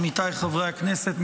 עמיתיי חברי הכנסת,